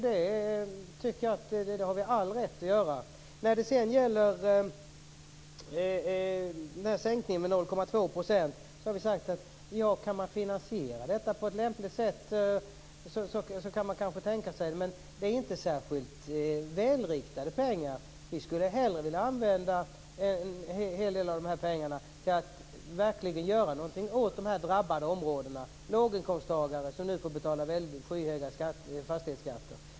Det tycker jag att vi har all rätt att göra. Vi har sagt att om man kan finansiera en sänkning med 0,2 % på ett lämpligt sätt kan man kanske tänka sig det. Men det är inte särskilt välriktade pengar. Vi skulle hellre vilja använda en hel del av pengarna till att verkligen göra något åt de drabbade områdena, åt låginkomsttagare som nu får betala skyhöga fastighetsskatter.